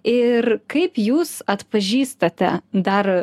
ir kaip jūs atpažįstate dar